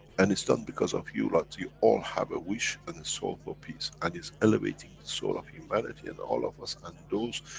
and it's done because of you lot you all have a wish and soul for peace, and is elevating the soul of humanity and all of us and those.